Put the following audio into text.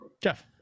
Jeff